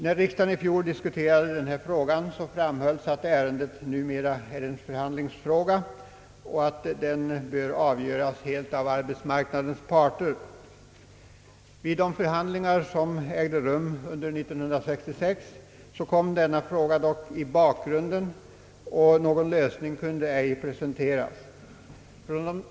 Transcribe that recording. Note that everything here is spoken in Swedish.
När riksdagen i fjol diskuterade denna fråga, framhölls att ärendet numera är en förhandlingsfråga och att det bör avgöras helt av arbetsmarknadens parter. Vid de förhandlingar som ägde rum under år 1966 kom denna fråga dock i bakgrunden, och någon lösning kunde ej presenteras.